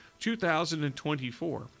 2024